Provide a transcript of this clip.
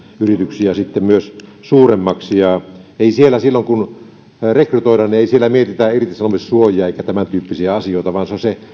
yrityksiä sitten myös suuremmaksi ei siellä silloin kun rekrytoidaan mietitä irtisanomissuojia eikä tämäntyyppisiä asioita vaan